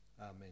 Amen